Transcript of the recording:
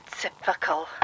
Typical